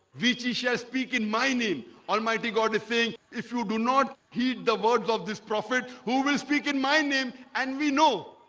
which he shall speak in my name almighty god a thing. if you do not heed the words of this prophet who will speak in my name and we know